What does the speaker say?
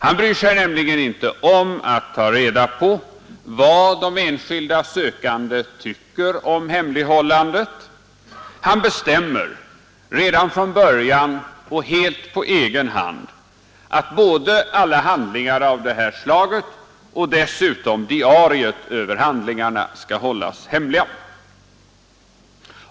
Han bryr sig inte om att ta reda på vad de enskilda sökande tycker om hemlighållandet. Han bestämmer redan från början och helt på egen hand, att både alla handlingar av detta slag och dessutom diariet över handlingarna skall hållas hemliga.